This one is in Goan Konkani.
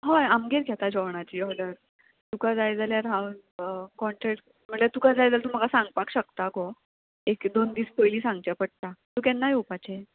हय आमगेर घेता जेवणाची ऑर्डर तुका जाय जाल्यार हांव कॉन्टेक्ट म्हळ्यार तुका जाय जाल्यार तूं म्हाका सांगपाक शकता गो एक दोन दीस पयली सांगचे पडटा तूं केन्ना येवपाचें